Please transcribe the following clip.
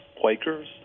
Quakers